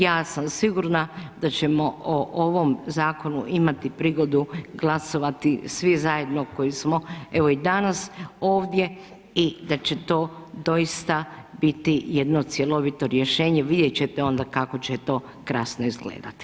Ja sam sigurna da ćemo o ovom zakonu imati prigodu glasovati svi zajedno koji smo evo i danas ovdje i da će to doista biti jedno cjelovito rješenje, vidjet ćete onda kako će to krasno izgledati.